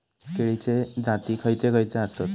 केळीचे जाती खयचे खयचे आसत?